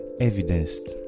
evidenced